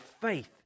faith